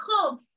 come